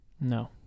No